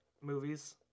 movies